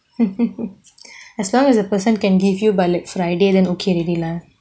as long as the person can give you by like friday then okay already lah